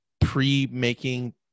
pre-making